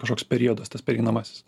kažkoks periodas tas pereinamasis